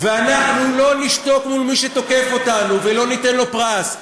ואנחנו לא נשתוק מול מי שתוקף אותנו ולא ניתן לו פרס,